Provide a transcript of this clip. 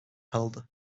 kaldı